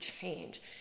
change